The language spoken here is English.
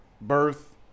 birth